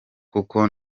kuko